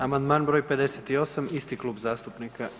Amandman br. 58 isti klub zastupnika.